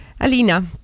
alina